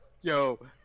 yo